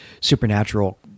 supernatural